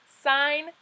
sign